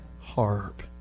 harp